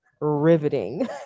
riveting